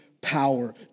power